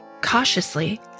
cautiously